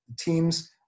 teams